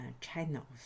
channels